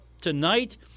tonight